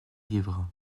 livres